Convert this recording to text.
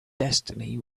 destiny